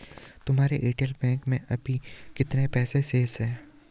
तुम्हारे एयरटेल बैंक में अभी कितने पैसे शेष हैं?